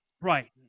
right